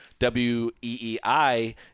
WEEI